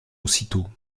aussitôt